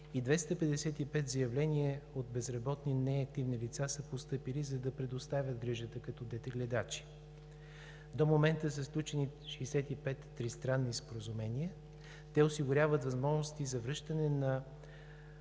и 255 заявления от безработни, неактивни лица са постъпили, за да предоставят грижата като детегледачи. До момента са сключени 65 тристранни споразумения. Те осигуряват възможности за връщане на